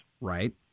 right